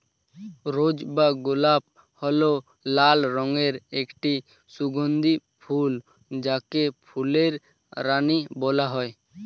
রোজ বা গোলাপ হল লাল রঙের একটি সুগন্ধি ফুল যাকে ফুলের রানী বলা হয়